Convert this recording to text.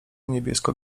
niebiesko